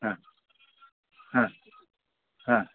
हां हां हां